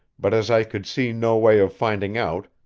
but as i could see no way of finding out,